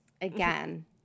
Again